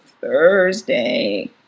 Thursday